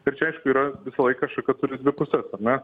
tai čia aišku yra visą laiką šaka turi dvi puses ar ne